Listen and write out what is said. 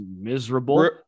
miserable